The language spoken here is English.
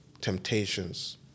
temptations